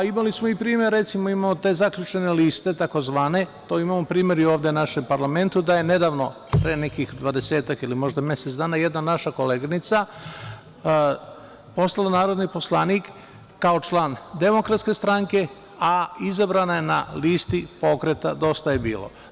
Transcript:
Imali smo i primer recimo zaključene liste tzv, imamo primer toga i ovde u parlamentu, da je nedavno pre nekih 20, možda mesec dana jedna naša koleginica postala narodni poslanik kao član DS, a izabrana je na listi Pokreta dosta je bilo.